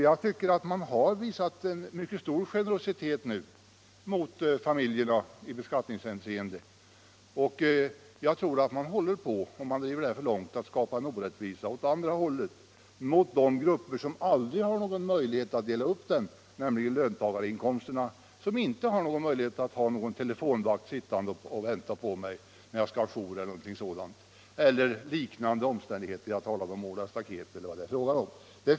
Jag tycker att man nu har visat mycket stor generositet mot familjerna i beskattningshänseende. Om man driver det här för långt skapar man en orättvisa åt andra hållet, en orättvisa gentemot de grupper som inte har någon möjlighet att dela upp inkomsten, nämligen löntagarna, som inte har möjlighet att ha en telefonvakt som sitter och väntar åt dem när de skall ha jour, måla staket, eller vad det nu är fråga om.